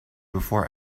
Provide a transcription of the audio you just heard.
before